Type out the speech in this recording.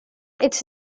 its